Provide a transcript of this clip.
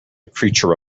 creature